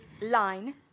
line